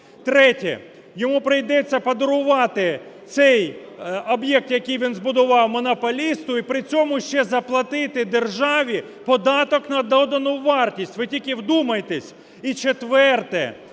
третє - йому прийдеться подарувати цей об'єкт, який він збудував монополісту і при цьому ще заплатити державі податок на додану вартість, ви тільки вдумайтесь,